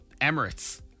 Emirates